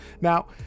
Now